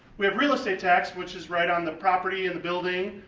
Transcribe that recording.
we have real-estate tax which is right on the property and the building,